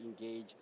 engage